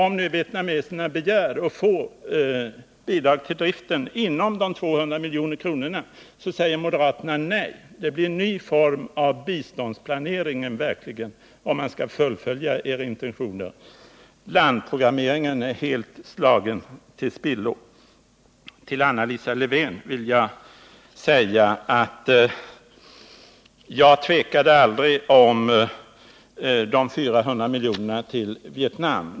Om nu vietnameserna begär att få bidrag till driften av Bai Bang inom de 200 miljonerna, så säger moderaterna nej. Det blir en ny form av biståndsplanering, om man skall fullfölja era intentioner på den här punkten. Landprogrammeringen blir helt slagen till spillo. Till Anna Lisa Lewén-Eliasson vill jag säga att jag aldrig tvekade om de 400 miljonerna till Vietnam.